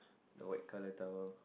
the white colour towel